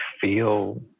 feel